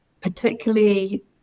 particularly